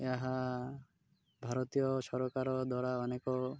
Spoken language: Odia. ଏହା ଭାରତୀୟ ସରକାର ଦ୍ୱାରା ଅନେକ